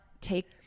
take